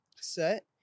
set